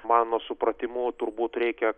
mano supratimu turbūt reikia